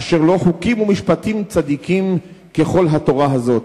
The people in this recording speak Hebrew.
אשר לו חוקים ומשפטים צדיקים ככל התורה הזאת.